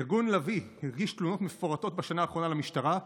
ארגון "לביא" הגיש תלונות מפורטות בשנה האחרונה למשטרה.